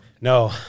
No